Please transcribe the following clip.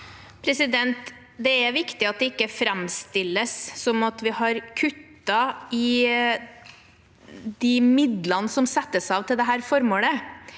Det er viktig at det ikke framstilles som at vi har kuttet i de midlene som settes av til dette formålet,